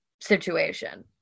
situation